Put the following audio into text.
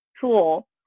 tool